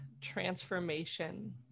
transformation